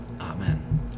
Amen